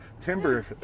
timber